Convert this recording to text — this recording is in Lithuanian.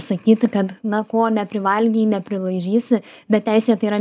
sakyti kad na ko neprivalgei neprilaižysi bet teisėje tai yra